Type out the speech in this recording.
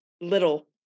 little